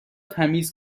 تمیز